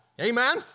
Amen